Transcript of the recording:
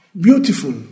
beautiful